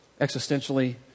existentially